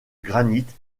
granite